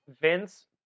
Vince